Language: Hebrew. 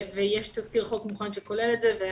ויש תזכיר חוק מוכן שכולל את זה.